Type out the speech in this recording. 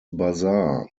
bazaar